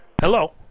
Hello